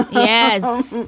yes.